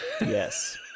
Yes